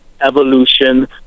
evolution